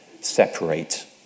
separate